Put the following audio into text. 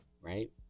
right